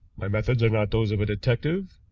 my methods are not those of a detective.